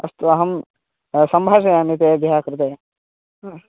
अस्तु अहं सम्भाषयामि तेभ्यः कृते ह्म्